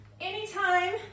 Anytime